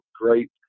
great